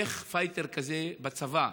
איך פייטר כזה בצבא,